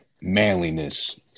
manliness